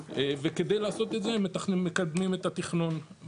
וכדי לעשות את זה הם מקדמים את התכנון,